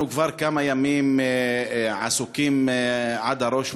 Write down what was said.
אנחנו כבר כמה ימים עסוקים עד הראש,